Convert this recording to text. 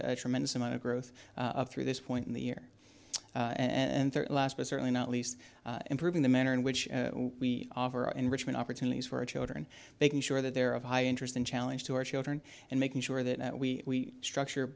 a tremendous amount of growth through this point in the year and last but certainly not least improving the manner in which we offer our enrichment opportunities for our children making sure that they're of high interest and challenge to our children and making sure that we structure